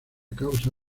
causa